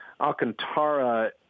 Alcantara